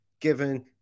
given